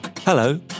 Hello